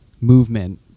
movement